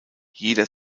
jeder